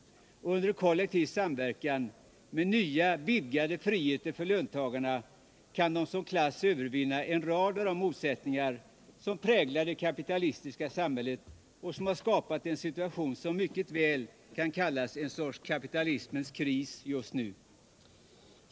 I dessa nya roller och under kollektiv samverkan med nya, vidgade friheter för löntagarna kan de som klass övervinna en rad av de motsättningar som präglar det kapitalistiska samhället och som har skapat en situation, som man mycket väl kan kalla en sorts kapitalismens kris.